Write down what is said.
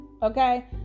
Okay